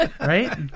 right